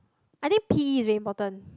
I think P_E is very important